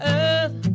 earth